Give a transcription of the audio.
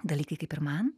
dalykai kaip ir man